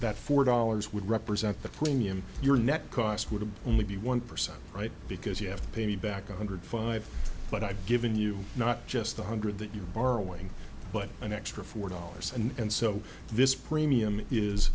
that four dollars would represent the premium your net cost would have only be one percent right because you have to pay me back one hundred five but i've given you not just one hundred that you're borrowing but an extra four dollars and so this premium is